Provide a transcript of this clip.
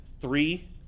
three